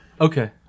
Okay